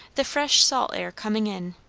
the fresh salt air coming in,